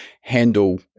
handle